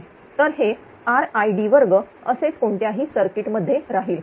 तर हे RId2असेच कोणत्याही सर्किट मध्ये राहील